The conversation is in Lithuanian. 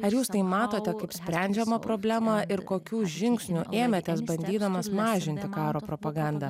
ar jūs tai matote kaip sprendžiamą problemą ir kokių žingsnių ėmėtės bandydamas mažinti karo propagandą